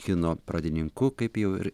kino pradininku kaip jau ir